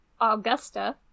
Augusta